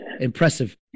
impressive